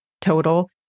total